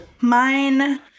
mine-